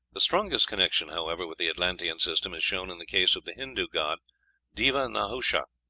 the strongest connection, however, with the atlantean system is shown in the case of the hindoo god deva-nahusha.